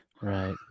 right